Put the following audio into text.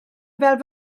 fel